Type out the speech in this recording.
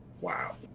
Wow